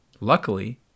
Luckily